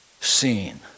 seen